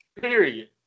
Period